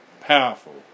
powerful